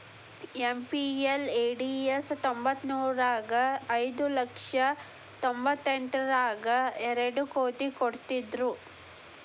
MPLADS ತ್ತೊಂಬತ್ಮುರ್ರಗ ಐದು ಲಕ್ಷ ತೊಂಬತ್ತೆಂಟರಗಾ ಎರಡ್ ಕೋಟಿ ಕೊಡ್ತ್ತಿದ್ರು